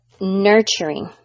nurturing